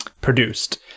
produced